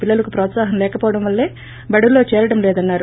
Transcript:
పిల్లలకు ప్రోత్సాహం లేక పోవడం వలన బడులలో చేరటం లేదన్నారు